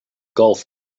golf